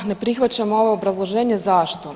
Da, ne prihvaćam ovo obrazloženje, zašto?